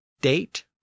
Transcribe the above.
date